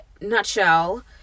nutshell